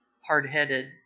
hard-headed